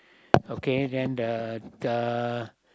okay then the the